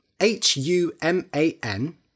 H-U-M-A-N